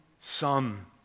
Son